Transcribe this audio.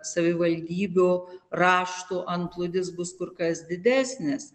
savivaldybių raštų antplūdis bus kur kas didesnis